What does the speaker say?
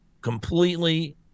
completely